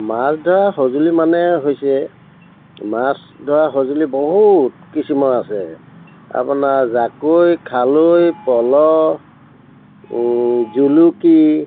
মাছ ধৰা সঁজুলি মানে হৈছে মাছ ধৰা সঁজুলি বহুত কিছুমান আছে আপোনাৰ জাকৈ খালৈ পল জুলুকি